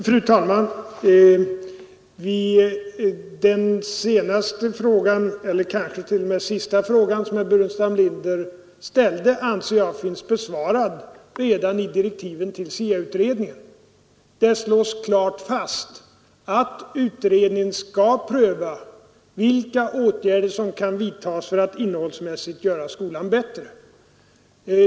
Fru talman! Den senaste frågan — eller kanske t.o.m. den sista frågan — som herr Burenstam Linder ställde anser jag finns besvarad redan i direktiven till SIA-utredningen. Där slås klart fast att utredningen skall pröva vilka åtgärder som kan vidtas för att innehållsmässigt göra skolan bättre.